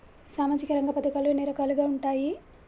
సామాజిక రంగ పథకాలు ఎన్ని రకాలుగా ఉంటాయి?